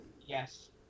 Yes